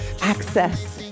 access